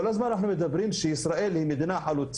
כל הזמן מדברים על זה שישראל היא מדינה חלוצה.